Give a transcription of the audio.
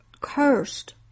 cursed